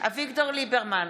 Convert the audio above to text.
אביגדור ליברמן,